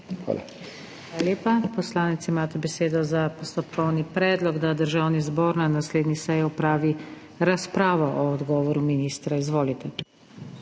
Hvala.